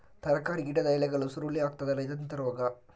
ತರಕಾರಿ ಗಿಡದ ಎಲೆಗಳು ಸುರುಳಿ ಆಗ್ತದಲ್ಲ, ಇದೆಂತ ರೋಗ?